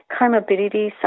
Comorbidities